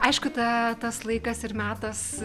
aišku tą tas laikas ir metas